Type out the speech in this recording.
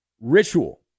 ritual